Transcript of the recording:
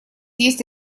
есть